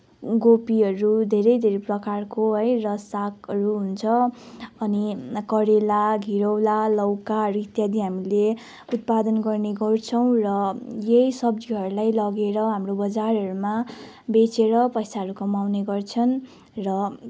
कोपीहरू धेरै धरै प्रकारको है र सागहरू हुन्छ अनि करेला घिरौला लौकाहरू इत्यादि हामीले उत्पादन गर्ने गर्छौँ र यही सब्जीहरूलाई लगेर हाम्रो बजारहरूमा बेचेर पैसाहरू कमाउने गर्छन् र